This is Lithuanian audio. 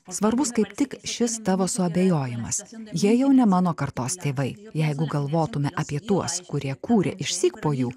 svarbus kaip tik šis tavo suabejojimas jie jau ne mano kartos tėvai jeigu galvotume apie tuos kurie kūrė išsyk po jų